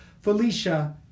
Felicia